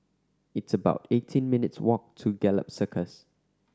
it's about eighteen minutes' walk to Gallop Circus